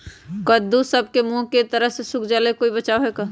कददु सब के मुँह के तरह से सुख जाले कोई बचाव है का?